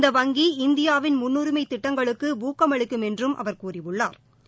இந்த வங்கி இந்தியாவின் முன்னுரிமை திட்டங்களுக்கு ஊக்கம் அளிக்கும் என்றும் அவர் கூறியுள்ளா்